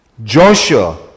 Joshua